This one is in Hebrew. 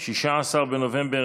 16 בנובמבר